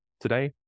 Today